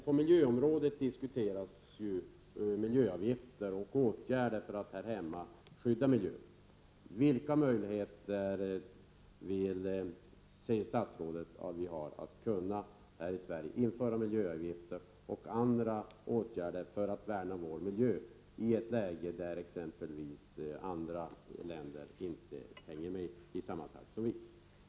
På miljöområdet diskuteras ju miljöavgifter och åtgärder för att här hemma skydda miljön. Vilka möjligheter ser statsrådet för oss här i Sverige att införa miljöav gifter och andra åtgärder för att värna vår miljö i ett läge där andra länder inte hänger med i samma takt som vi?